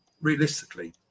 Realistically